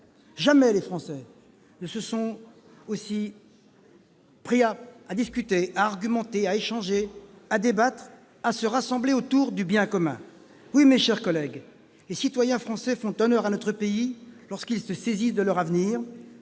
Jamais les Français ne se sont autant pris à discuter, à argumenter, à échanger, à débattre, à se rassembler autour du bien commun. Oui, mes chers collègues, les citoyens français font honneur à notre pays lorsqu'ils se saisissent de leur avenir